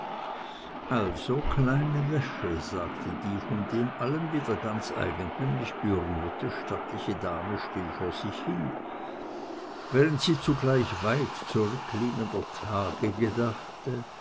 also kleine wäsche sagte die von dem allen wieder ganz eigentümlich berührte stattliche dame still vor sich hin während sie zugleich weit zurückliegender tage gedachte